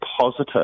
positive